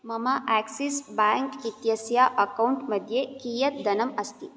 मम आक्सिस् बेङ्क् इत्यस्य अक्कौण्ट् मध्ये कियत् धनम् अस्ति